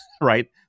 right